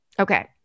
okay